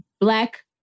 black